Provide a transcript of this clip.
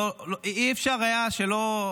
אי-אפשר היה שלא,